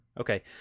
Okay